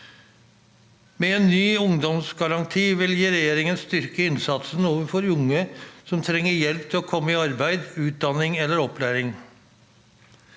Med en ny ungdomsgaranti vil regjeringen styrke innsatsen overfor unge som trenger hjelp til å komme i arbeid, utdanning eller opplæring.